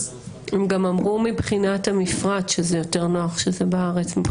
הם גם אמרו מבחינת המפרט שזה יותר נוח כשזה בארץ.